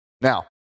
Now